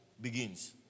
begins